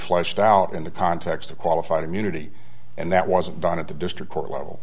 fleshed out in the context of qualified immunity and that wasn't done at the district court level